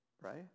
right